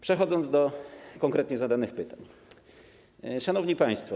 Przechodząc do konkretnie zadanych pytań, szanowni państwo.